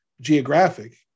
geographic